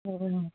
ಓಹೋ